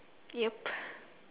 yup